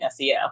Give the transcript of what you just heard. SEO